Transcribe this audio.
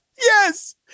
Yes